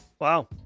Wow